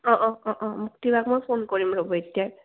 অঁ অঁ অঁ অঁ মুক্তি বাক মই ফোন কৰিম ৰ'ব এতিয়াই